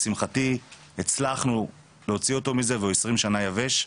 לשמחתי הצלחנו להוציא אותו מזה והוא עשרים שנה "יבש",